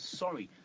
sorry